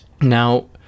Now